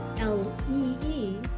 l-e-e